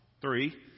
three